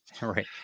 Right